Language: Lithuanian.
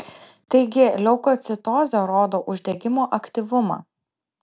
taigi leukocitozė rodo uždegimo aktyvumą